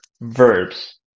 verbs